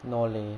no leh